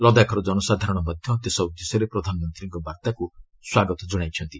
ଲଦାଖର ଜନସାଧାରଣ ମଧ୍ୟ ଦେଶ ଉଦ୍ଦେଶ୍ୟରେ ପ୍ରଧାନମନ୍ତ୍ରୀଙ୍କ ବାର୍ତ୍ତାକୁ ସ୍ୱାଗତ ଜଣାଇଛନ୍ତି